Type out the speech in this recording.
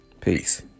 Peace